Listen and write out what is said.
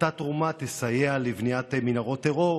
אותה תרומה תסייע לבניית מנהרות טרור,